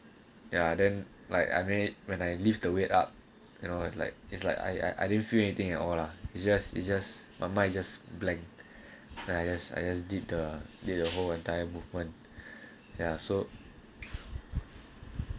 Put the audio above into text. ya then like I made when I leave the wait up you know it's like it's like I I didn't feel anything at all lah it's just it's just my mind just blank then I just I just did the day the whole entire movement ya so